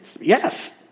yes